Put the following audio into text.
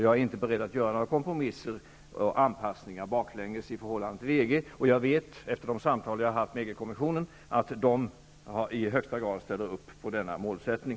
Jag är inte beredd att göra några kompromisser och anpassningar baklänges i förhållande till EG. Och efter samtal med EG-kommissionen vet jag att man där i högsta grad ställer upp på denna målsättning.